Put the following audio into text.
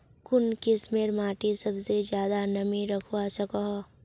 कुन किस्मेर माटी सबसे ज्यादा नमी रखवा सको हो?